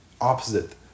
opposite